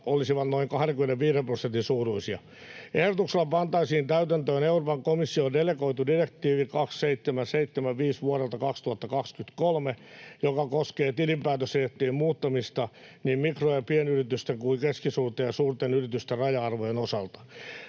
olisivat noin 25 prosentin suuruisia. Ehdotuksella pantaisiin täytäntöön Euroopan komission delegoitu direktiivi 2 775 vuodelta 2023, joka koskee tilinpäätösehtojen muuttamista niin mikro- ja pienyritysten kuin keskisuurten ja suurten yritysten raja-arvojen osalta.